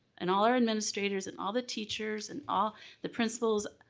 and all our administrators and all the teachers and all the principals,